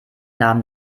nahm